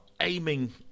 aiming